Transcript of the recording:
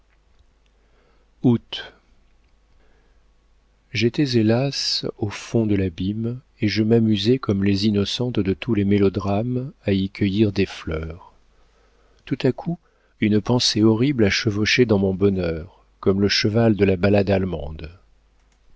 j'étais hélas au fond de l'abîme et je m'amusais comme les innocentes de tous les mélodrames à y cueillir des fleurs tout à coup une pensée horrible a chevauché dans mon bonheur comme le cheval de la ballade allemande